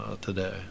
today